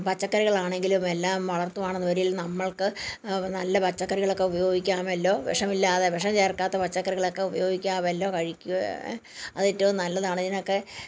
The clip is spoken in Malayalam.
പച്ചക്കറികളാണെങ്കിലും എല്ലാം വളർത്തുകയാണെങ്കിൽ നമ്മൾക്ക് നല്ല പച്ചക്കറികളൊക്കെ ഉപയോഗിക്കാമല്ലോ വിഷമില്ലാതെ വിഷം ചേർക്കാത്ത പച്ചക്കറികളൊക്കെ ഉപയോഗിക്കാമല്ലോ കഴിക്കുകയോ അതേറ്റവും നല്ലതാണ് ഇതിനൊക്കെ